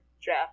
Jeff